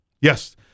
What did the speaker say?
Yes